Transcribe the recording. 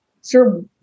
sir